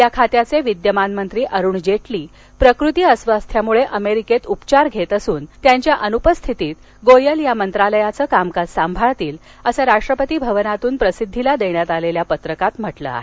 या खात्याचे वियामान मंत्री अरुण जेटली प्रकृती अस्वास्थ्यामुळे अमेरिकेत उपचार घेत असून त्यांच्या अनुपस्थितीत गोयल या मंत्रालयाचे कामकाज सांभाळतील अस राष्ट्रपती भवनातून प्रसिद्धीला देण्यात आलेल्या पत्रकात म्हटलं आहे